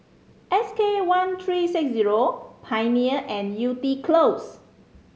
S K one three six zero Pioneer and Yew Tee Close